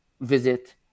visit